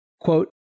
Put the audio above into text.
Quote